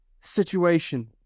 situation